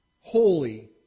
holy